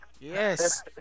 Yes